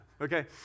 Okay